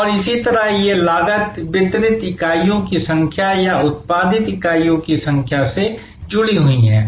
और इसी तरह ये लागत वितरित इकाइयों की संख्या या उत्पादित इकाइयों की संख्या से जुड़ी हुई हैं